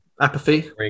Apathy